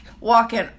walking